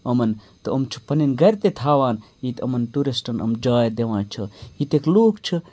یِمَن تہٕ أمۍ چھِ پَنٕنۍ گَرِ تہِ تھاوان ییٚتہِ یِمن ٹوٗرِسٹَن یِم جاے دِوان چھِ ییٚتِکۍ لوٗکھ چھِ